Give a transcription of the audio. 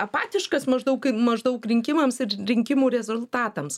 apatiškas maždaug maždaug rinkimams ir rinkimų rezultatams